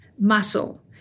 muscle